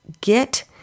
Get